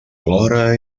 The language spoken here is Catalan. plora